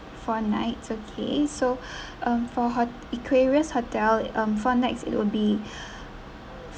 four nights okay so um for ho~ equarius hotel um four nights it'll be